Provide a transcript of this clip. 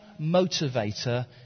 motivator